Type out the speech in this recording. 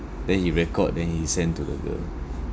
then he record then he send to the girl